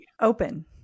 Open